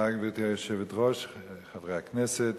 גברתי היושבת-ראש, תודה, חברי הכנסת,